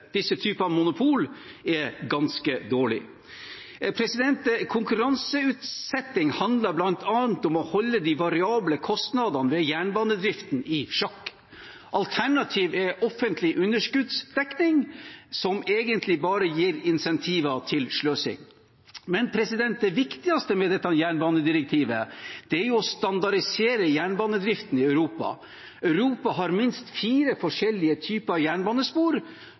monopol er ganske dårlig. Konkurranseutsetting handler bl.a. om å holde de variable kostnadene ved jernbanedriften i sjakk. Alternativet er offentlig underskuddsdekning, som egentlig bare gir insentiver til sløsing. Men det viktigste ved dette jernbanedirektivet er å standardisere jernbanedriften i Europa. Europa har minst fire forskjellige typer jernbanespor,